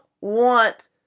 want